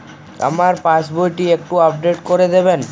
আমার পাসবই টি একটু আপডেট করে দেবেন?